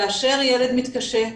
כאשר ילד מתקשה,